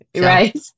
Right